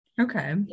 okay